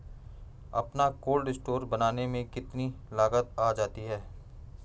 अपना cold store बनाने में कितनी लागत आ जाती है?